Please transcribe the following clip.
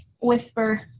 Whisper